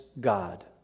God